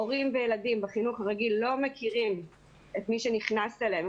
הורים וילדים בחינוך הרגיל לא מכירים את מי שנכנס אליהם.